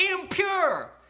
impure